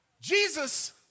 Jesus